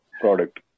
product